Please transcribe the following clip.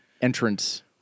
entrance